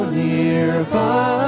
nearby